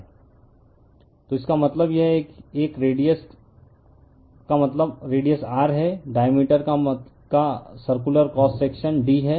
refer slide time 1153 तो इसका मतलब है यह एक रेडिअस का मतलब रेडिअस R है डाईमेटेर का सर्कुलर क्रॉस सेक्शन d है